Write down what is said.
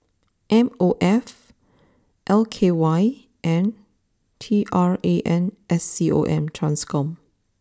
M O F L K Y and T R A N S C O M Trans con